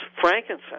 frankincense